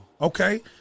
Okay